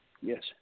Yes